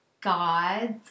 God's